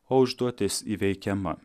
o užduotis įveikiama